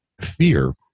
fear